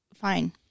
fine